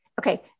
Okay